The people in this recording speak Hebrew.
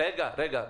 רגע, רגע.